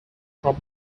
from